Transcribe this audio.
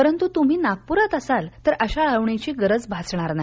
परंतु तुम्ही नागप्रात असाल तर अशा आळवणीची गरज भासणार नाही